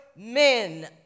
men